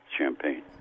champagne